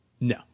no